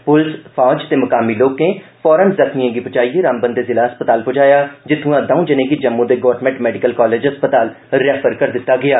पुलस फौज ते मुकामी लोकें फौरन जख्मिएं गी बचाइयै रामबन दे जिला अस्पताल पुजाया जित्थुआ दौं जने गी जम्मू दे गौरमैंट मैडिकल कॉलेज अस्पताल रैफर करी दित्ता गेआ